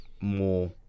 more